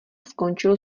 skončil